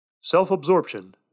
self-absorption